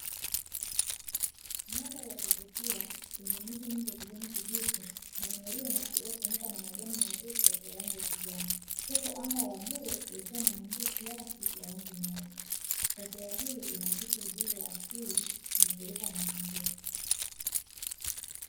Mandhari ya kuvutia yenye miti mingi ya kijani kibichi na milima iliyofunikwa na majani mazito ya rangi ya kijani, huku anga la bluu likiwa mawingu kiasi ya rangi nyeupe. Taswira hii inaakisi uzuri wa asili na utulivu wa mazingira.